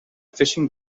fishing